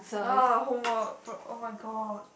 orh homework fr~ oh-my-god